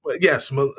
Yes